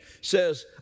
says